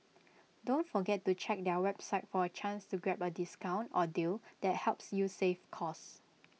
don't forget to check their website for A chance to grab A discount or deal that helps you save cost